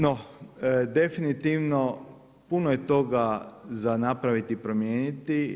No, definitivno puno je toga za napraviti promijeniti.